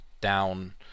down